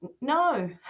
no